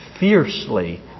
Fiercely